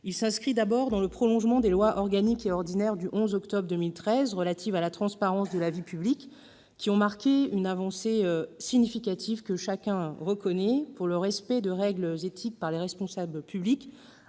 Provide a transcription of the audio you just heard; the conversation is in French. Il s'inscrit d'abord dans le prolongement des lois organique et ordinaire du 11 octobre 2013 relatives à la transparence de la vie publique, qui ont marqué une avancée significative- chacun le reconnaît -en termes de respect de règles éthiques par les responsables publics,